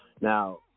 Now